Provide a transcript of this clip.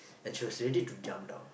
and she was ready to jump down